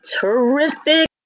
terrific